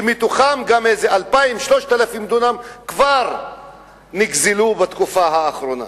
שמתוכם גם איזה 2,000 3,000 דונם כבר נגזלו בתקופה האחרונה